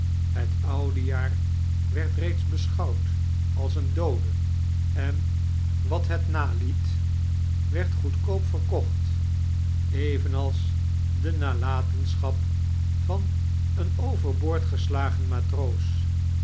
het oude jaar werd reeds beschouwd als een doode en wat het naliet werd goedkoop verkocht evenals de nalatenschap van een overboord geslagen matroos